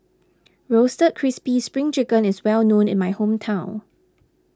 Roasted Crispy Spring Chicken is well known in my hometown